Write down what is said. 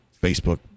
Facebook